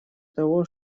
того